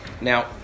Now